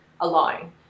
alone